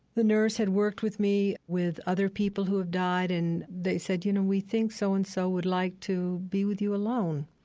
the nurse had worked with me with other people who have died, and they said, you know, we think so-and-so so and so would like to be with you alone.